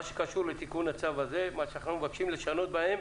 מה שאנחנו מבקשים לשנות בהם